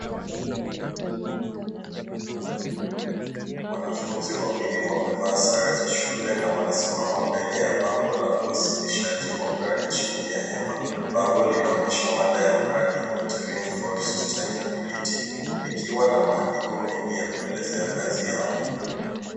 Wanafunzi wawili wamevaa sare za shule na wanasimama mbele ya bango la uwasilishaji wa mradi chini ya hema. Bango linaonyesha mada ya mradi watering for sustainability likiwa na maandiko mengi ya kuelezea kazi yao.